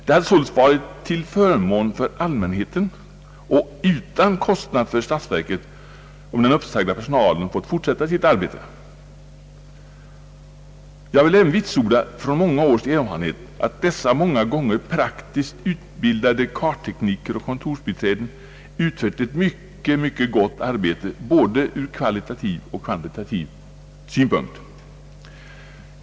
Det hade således varit till förmån för allmänheten och utan kostnad för statsverket, om den uppsagda personalen fått fortsätta sitt arbete. Jag vill även vitsorda från många års erfarenhet att dessa många gånger praktiskt utbildade karttekniker och kontorsbiträden utfört ett mycket gott arbete både ur kvalitativ och kvantitativ synpunkt.